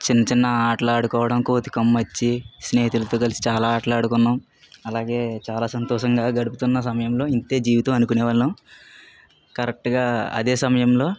చిన్న చిన్న ఆటలాడుకోవడం కోతి కొమ్మొచ్చి స్నేహితులతో కలిసి చాలా ఆటలు ఆడుకున్నాం అలాగే చాలా సంతోషంగా గడుపుతున్న సమయంలో ఇంతే జీవితం అనుకునేవాళ్ళం కరెక్ట్గా అదే సమయంలో